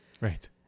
Right